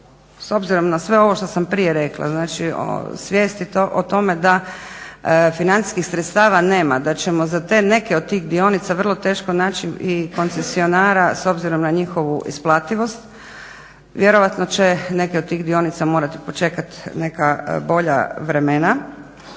s obzirom na sve ovo što sam prije rekla, znači o svijesti, o tome da financijska sredstava nema, da ćemo za neke od tih dionica vrlo teško naći i koncesionara s obzirom na njihovu isplativost, vjerojatno će neke od tih dionica morati počekat neka bolja vremena,